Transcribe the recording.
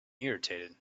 irritated